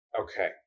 Okay